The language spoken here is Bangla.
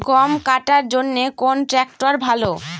গম কাটার জন্যে কোন ট্র্যাক্টর ভালো?